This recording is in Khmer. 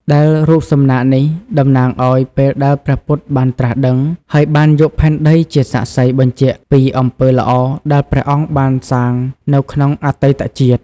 ដែលរូបសំណាកនេះតំណាងឱ្យពេលដែលព្រះពុទ្ធបានត្រាស់ដឹង ហើយបានយកផែនដីជាសាក្សីបញ្ជាក់ពីអំពើល្អដែលព្រះអង្គបានសាងនៅក្នុងអតីតជាតិ។